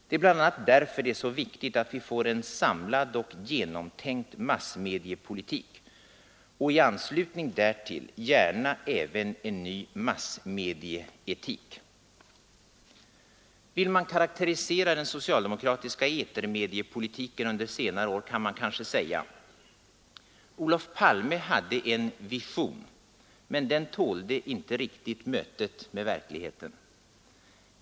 Det är bl.a. därför det är så viktigt att vi får en samlad och genomtänkt massmediepolitik och i anslutning därtill gärna även en ny massmedieetik. Vill man karakterisera den socialdemokratiska etermediepolitiken under senare år, kan man kanske säga: Olof Palme hade en vision, men den tålde inte riktigt mötet med verkligheten.